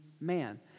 man